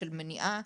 של מניעה,